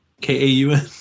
K-A-U-N